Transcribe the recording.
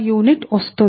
u వస్తుంది